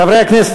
חברי הכנסת,